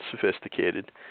sophisticated